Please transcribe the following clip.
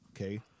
okay